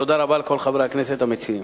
תודה רבה לכל חברי הכנסת המציעים.